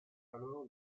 alors